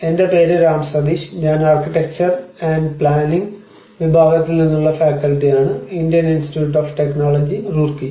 എന്റെ പേര് രാം സതീഷ് ഞാൻ ആർക്കിടെക്ചർ ആന്റ് പ്ലാനിംഗ് വിഭാഗത്തിൽ നിന്നുള്ള ഫാക്കൽറ്റിയാണ് Indian Institute of Technology Roorkee